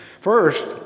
First